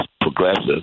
progressive